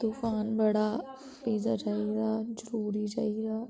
तुफान बड़ा पिज्जा चाहिदा जरूरी चाहिदा